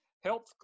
health